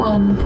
One